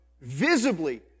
visibly